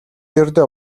ердөө